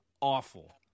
awful